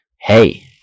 hey